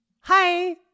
Hi